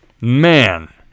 man